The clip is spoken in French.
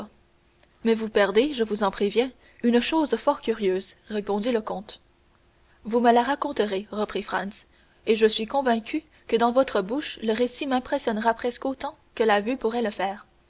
mais vous perdez je vous en préviens une chose fort curieuse répondit le comte vous me le raconterez reprit franz et je suis convaincu que dans votre bouche le récit m'impressionnera presque autant que la vue pourrait le faire